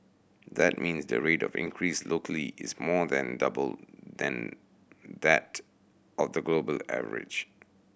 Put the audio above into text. that means the rate of increase locally is more than double then that of the global average